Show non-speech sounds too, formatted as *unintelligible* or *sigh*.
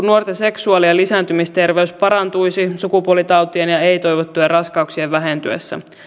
*unintelligible* nuorten seksuaali ja lisääntymisterveys parantuisi sukupuolitautien ja ei toivottujen raskauksien vähentyessä